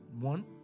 one